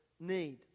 need